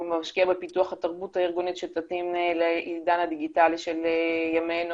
משקיע בפיתוח התרבות הארגונית שתתאים לעידן הדיגיטלי של ימינו,